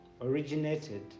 originated